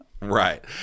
Right